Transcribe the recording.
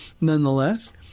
nonetheless